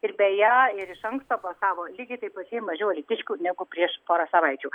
ir beje ir iš anksto balsavo lygiai taip pačiai mažiau alytiškių negu prieš porą savaičių